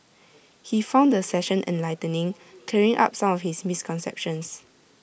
he found the session enlightening clearing up some of his misconceptions